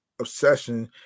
obsession